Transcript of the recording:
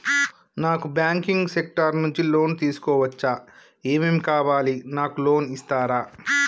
నాకు banking sector నుంచి loan తీసుకోవచ్చా? ఏమేం కావాలి? నాకు లోన్ ఇస్తారా?